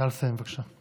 נא לסיים, בבקשה.